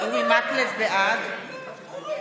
מקלב, בעד